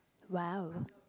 !wow!